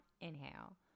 inhale